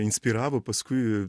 inspiravo paskui